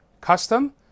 custom